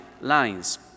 lines